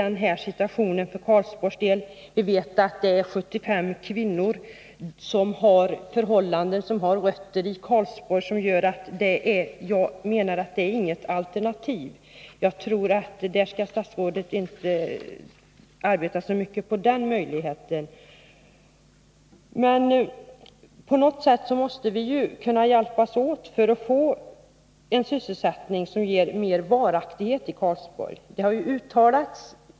Det handlar nämligen om 75 kvinnor i Karlsborg, vilkas förhållanden gör att erbjudandet om anställning i Motala inte är något verkligt alternativ. Statsrådet skall nog inte arbeta så mycket med utgångspunkt i den möjligheten. Men på något sätt må te vi kunna hjälpas åt för att skapa en sysselsättning är i Karlsborg.